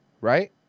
Right